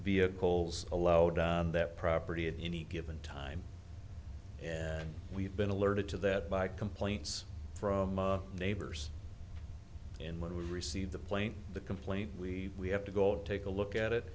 kohls allowed on that property at any given time and we've been alerted to that by complaints from neighbors and when we receive the plane the complaint we we have to go take a look at it